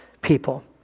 people